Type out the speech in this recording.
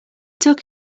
took